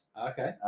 Okay